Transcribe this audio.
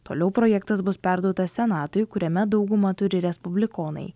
toliau projektas bus perduotas senatui kuriame daugumą turi respublikonai